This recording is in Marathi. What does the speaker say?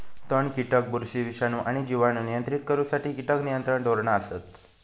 तण, कीटक, बुरशी, विषाणू आणि जिवाणू नियंत्रित करुसाठी कीटक नियंत्रण धोरणा असत